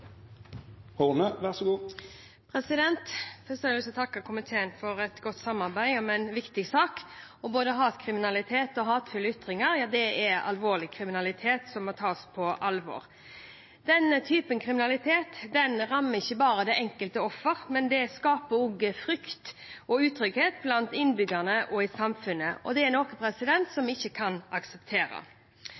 å takke komiteen for et godt samarbeid om en viktig sak. Både hatkriminalitet og hatefulle ytringer er alvorlig kriminalitet som må tas på alvor. Denne typen kriminalitet rammer ikke bare det enkelte offer, men skaper også frykt og utrygghet blant innbyggerne og i samfunnet, og det er noe som vi ikke kan